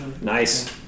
Nice